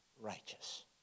righteous